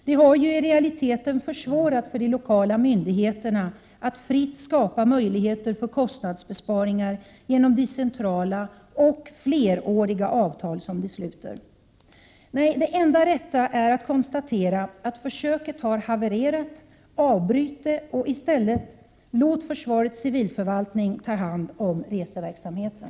Den har ju i realiteten försvårat för de lokala myndigheterna att fritt skapa möjligheter för kostnadsbesparingar genom de centrala och fleråriga avtal som de sluter. Nej, det enda rätta är att konstatera att försöket har havererat, att avbryta det och i stället låta försvarets civilförvaltning ta hand om reseverksamheten.